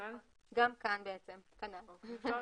של רשם